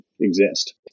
exist